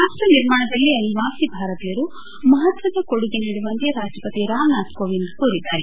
ರಾಷ್ಟ ನಿರ್ಮಾಣದಲ್ಲಿ ಅನಿವಾಸಿ ಭಾರತೀಯರು ಮಹತ್ವದ ಕೊಡುಗೆ ನೀಡುವಂತೆ ರಾಷ್ಟಪತಿ ರಾಮನಾಥ ಕೋವಿಂದ್ ಕೋರಿದ್ದಾರೆ